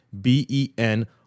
b-e-n